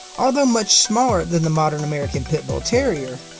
although much smaller than the modern american pit bull terrier,